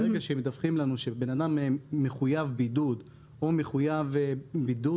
ברגע שמדווחים לנו שבן אדם מחויב בידוד או מחויב בידוד